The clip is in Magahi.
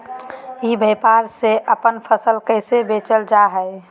ई व्यापार से अपन फसल कैसे बेचल जा हाय?